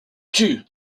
tue